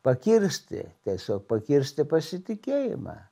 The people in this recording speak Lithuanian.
pakirsti tiesiog pakirsti pasitikėjimą